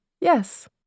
Yes